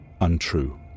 untrue